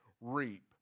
reap